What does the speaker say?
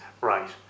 right